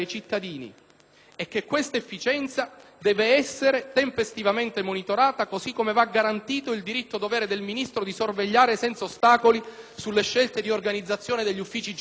e che questa efficienza deve essere tempestivamente monitorata, così come va garantito il diritto-dovere del Ministro di sorvegliare, senza ostacoli, le scelte di organizzazione degli uffici giudiziari.